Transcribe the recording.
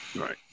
Right